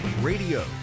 radio